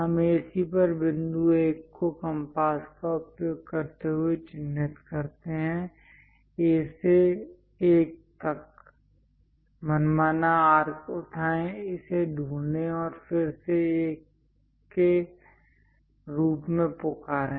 हम AC पर बिंदु 1 को कम्पास का उपयोग करते हुए चिन्हित करते हैं A से 1 तक मनमाना आर्क उठाएं इसे ढूंढें और फिर इसे 1 के रूप में पुकारे